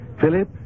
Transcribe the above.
Philip